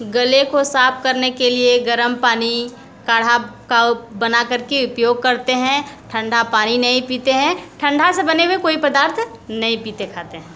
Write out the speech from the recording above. गले को साफ़ करने के लिए गर्म पानी काढ़ा का बना कर के उपयोग करते हैं ठंडा पानी नहीं पीते हैं ठंड से बने हुए कोई पदार्थ नहीं पीते खाते हैं